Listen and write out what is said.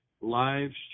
lives